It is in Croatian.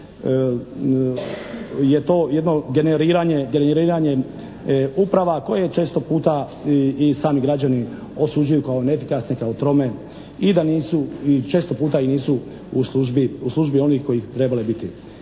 to jedno generiranje uprava koje često puta i sami građani osuđuju kao neefikasne, kao trome i da nisu, i često puta i nisu u službi onih kojih bi trebale biti.